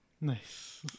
Nice